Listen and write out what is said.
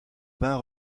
bains